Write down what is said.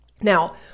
Now